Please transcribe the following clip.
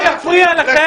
מה יפריע לכם